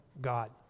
God